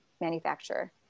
manufacturer